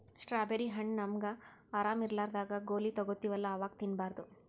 strawberry ಹಣ್ಣ್ ನಮ್ಗ್ ಆರಾಮ್ ಇರ್ಲಾರ್ದಾಗ್ ಗೋಲಿ ತಗೋತಿವಲ್ಲಾ ಅವಾಗ್ ತಿನ್ಬಾರ್ದು